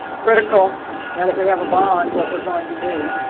critical now that we have a bond what we're going to do